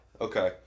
okay